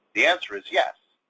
the answer is yes,